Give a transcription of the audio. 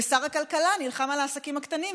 ושר הכלכלה נלחם על העסקים הקטנים,